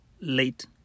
late